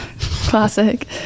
Classic